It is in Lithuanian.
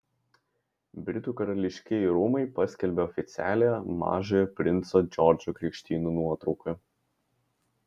britų karališkieji rūmai paskelbė oficialią mažojo princo džordžo krikštynų nuotrauką